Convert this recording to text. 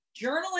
Journaling